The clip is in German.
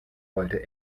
wollte